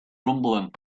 rumbling